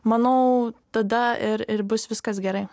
manau tada ir ir bus viskas gerai